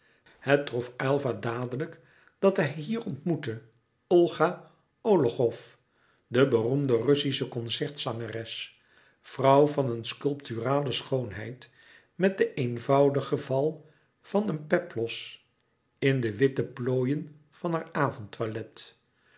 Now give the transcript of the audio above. het trof aylva dadelijk dat hij hier ontmoette olga ologhow de beroemde russische concertzangeres vrouw van eene sculpturale schoonheid met den eenvoudigen val van een peplos in de witte plooien van haar